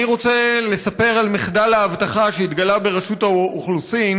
אני רוצה לספר על מחדל האבטחה שהתגלה ברשות האוכלוסין.